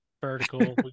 vertical